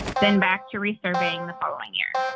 then back to re-surveying the following year.